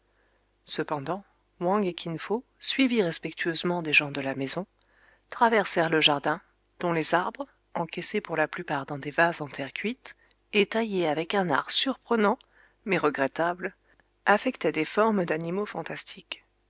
cependant wang et kin fo suivis respectueusement des gens de la maison traversèrent le jardin dont les arbres encaissés pour la plupart dans des vases en terre cuite et taillés avec un art surprenant mais regrettable affectaient des formes d'animaux fantastiques